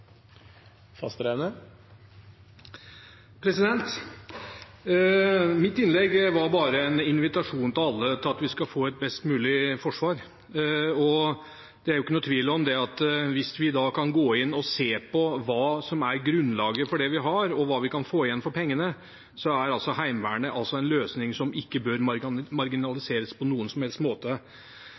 Mitt innlegg var bare en invitasjon til alle til at vi skal få et best mulig forsvar. Det er jo ikke noen tvil om at hvis vi kan gå inn og se på hva som er grunnlaget for det vi har, og hva vi kan få igjen for pengene, er Heimevernet en løsning som ikke bør marginaliseres på noen som helst måte.